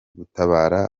gutabara